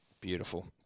Beautiful